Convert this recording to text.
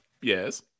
Yes